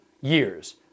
years